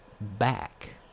back